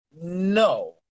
No